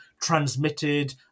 transmitted